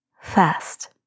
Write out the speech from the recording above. Fast